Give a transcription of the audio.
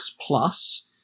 Plus